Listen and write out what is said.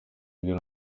ivyo